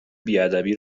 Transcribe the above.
بیادبی